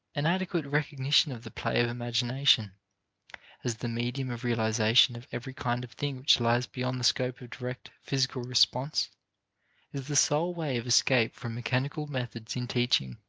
an adequate recognition of the play of imagination as the medium of realization of every kind of thing which lies beyond the scope of direct physical response is the sole way of escape from mechanical methods in teaching.